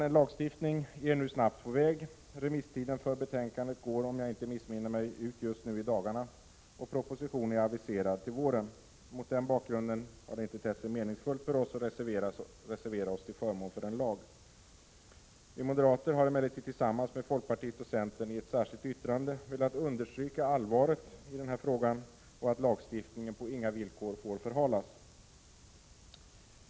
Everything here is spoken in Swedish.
En lagstiftning är nu snabbt på väg. Remisstiden för betänkandet går ut, om jag inte missminner mig, just nu i dagarna, och proposition är aviserad till våren. Mot denna bakgrund har det inte tett sig meningsfullt för oss att reservera oss till förmån för en lag. Vi moderater har emellertid tillsammans med folkpartiet och centern i ett särskilt yttrande velat understryka hur allvarlig denna fråga är och att lagstiftningen på inga villkor får förhalas.